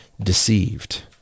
deceived